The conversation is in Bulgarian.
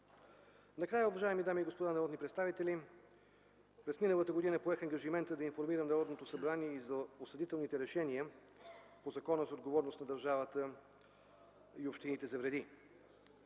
Накрая, уважаеми дами и господа народни представители, през миналата година поех ангажимента да информирам Народното събрание и за осъдителните решения по Закона за отговорност на държавата и общините за вреди.